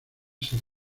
ser